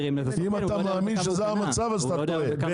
אם אתה מאמין שזה המצב אז אתה טועה.